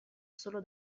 solo